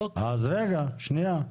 רגע, שנייה.